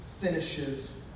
finishes